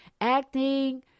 acting